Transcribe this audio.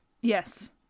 Yes